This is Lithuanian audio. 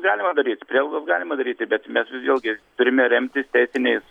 galima daryti prielaidas galima daryti bet mes vėlgi turime remtis teisiniais